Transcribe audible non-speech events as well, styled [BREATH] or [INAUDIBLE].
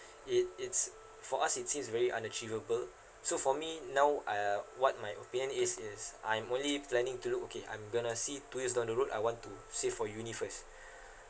it it's for us it seems very unachievable so for me now I uh what my opinion is is I'm only planning to look okay I'm going to see two years down the road I want to save for uni first [BREATH]